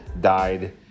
died